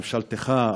ממשלתך,